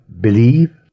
believe